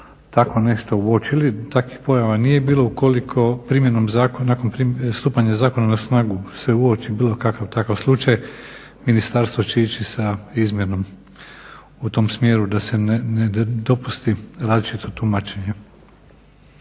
tako nešto uočili, takvih pojava nije bilo. Ukoliko primjenom zakona nakon stupanja zakona na snagu se uoči bilo kakav takav slučaj ministarstvo će ići sa izmjenom u tom smjeru da se ne dopusti različito tumačenje.